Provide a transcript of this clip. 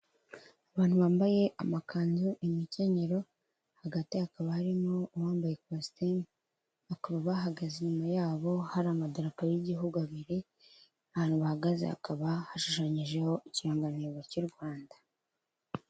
Abantu bambaye amakanzu, imikenyero, hagati hakaba harimo uwambaye ikositime, bakaba bahagaze, inyuma yabo hari amadarapo y'igihugu abiri, ahantu bahagaze hakaba hashushanyijeho ikirangantego cy'u Rwanda.